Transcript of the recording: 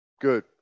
good